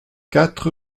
quatre